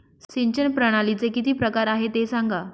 सिंचन प्रणालीचे किती प्रकार आहे ते सांगा